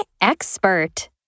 Expert